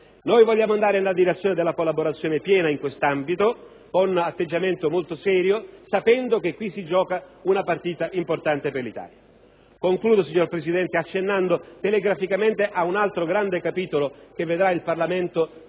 Vogliamo andare nella direzione della collaborazione piena in questo ambito, con un atteggiamento serio, sapendo che qui si gioca una partita importante per l'Italia. Concludo accennando telegraficamente ad un altro grande capitolo che vedrà il Parlamento